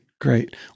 Great